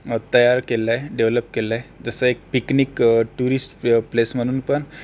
तयार केलं आहे डेव्हलप केलं आहे जसं एक पिकनिक टुरिस्ट प्लेस म्हणून पण